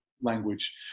language